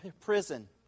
prison